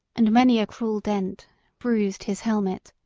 and many a cruel dent bruised his helmet.